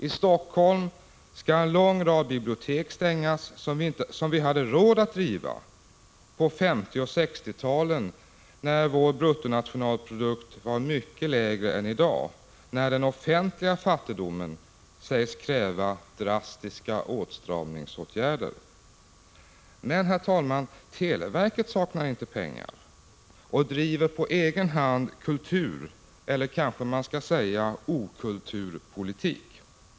I Helsingfors skall en lång rad bibliotek stängas som vi hade råd att driva på 1950 och 1960-talen, när vår bruttonationalprodukt var mycket lägre än i dag, då den offentliga fattigdomen sägs kräva drastiska åtstramningsåtgärder. Men televerket saknar inte pengar och driver på egen hand kulturpolitik —- eller kanske man hellre skall säga okulturpolitik.